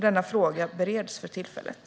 Denna fråga bereds för tillfället.